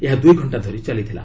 ଏହା ଦୁଇ ଘଣ୍ଟା ଧରି ଚାଲିଥିଲା